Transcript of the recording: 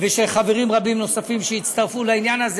ושל חברים רבים נוספים שהצטרפו לעניין הזה,